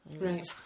right